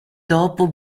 dopo